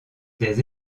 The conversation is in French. des